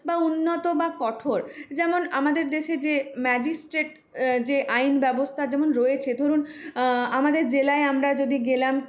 বা উন্নত বা কঠোর যেমন আমাদের দেশে যে ম্যাজিস্ট্রেট যে আইনব্যবস্থা যেমন রয়েছে ধরুন আমাদের জেলায় আমরা যদি গেলাম